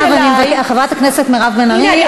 חברת הכנסת מירב בן ארי,